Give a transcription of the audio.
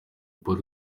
paul